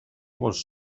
was